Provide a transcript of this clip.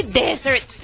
desert